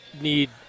need